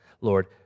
Lord